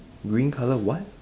green colour what